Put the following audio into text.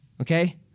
okay